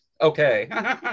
okay